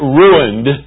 ruined